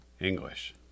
English